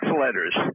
letters